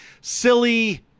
silly